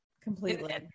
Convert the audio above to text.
Completely